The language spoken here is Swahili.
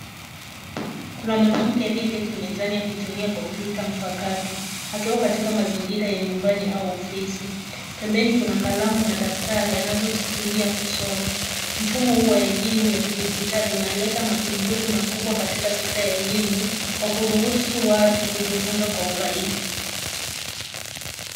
Kuna mwanamke aliyeketi mezani akitumia kompyuta mpakato. Akiwa katika mazingira ya nyumbani au ofisi. Pembeni kuna kalamu na daftari anazotumia kusoma. Mfumo huu wa elimu ya kidijitali unaleta mapinduzi makubwa katika sekta ya elimu kwa kuruhusu watu kujifunza kwa urahisi.